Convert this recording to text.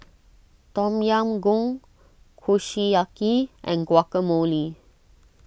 Tom Yam Goong Kushiyaki and Guacamole